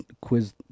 quiz